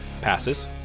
Passes